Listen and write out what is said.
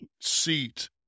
seat